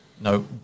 no